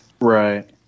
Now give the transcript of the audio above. Right